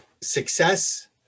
success